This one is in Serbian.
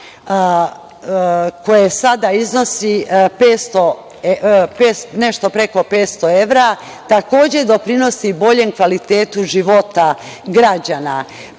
koje sada iznosi nešto preko 500 evra, takođe doprinosi boljem kvalitetu života građana.